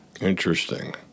Interesting